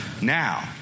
now